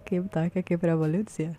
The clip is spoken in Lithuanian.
kaip tokią kaip revoliuciją